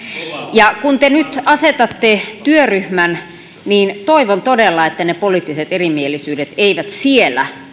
ja kun te nyt asetatte työryhmän niin toivon todella että ne poliittiset erimielisyydet eivät siellä